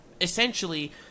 essentially